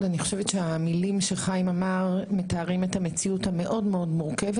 המילים שאמר חיים מתארות את המציאות המאוד מאוד מורכבת.